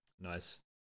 Nice